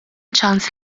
ċans